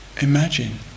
imagine